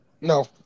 No